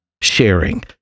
sharing